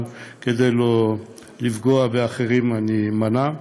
אבל כדי שלא לפגוע באחרים אמנע,